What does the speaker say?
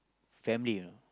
family you know